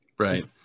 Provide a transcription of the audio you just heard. Right